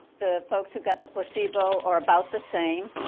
the folks who got the placebo are about the same,